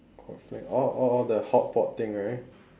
what flame oh oh oh the hotpot thing right